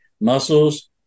Muscles